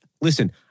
listen